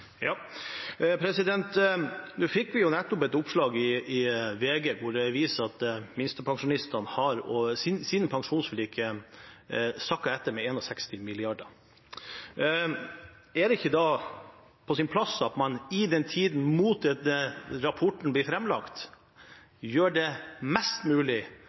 Vi fikk nettopp et oppslag i VG som viser at siden pensjonsforliket har minstepensjonistene sakket etter med 61 mrd. kr. Er det ikke da på sin plass, i tiden fram mot at rapporten blir framlagt, å gjøre mest mulig,